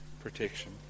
protection